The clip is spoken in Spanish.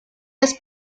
las